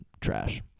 trash